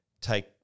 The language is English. take